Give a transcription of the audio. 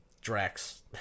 Drax